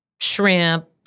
shrimp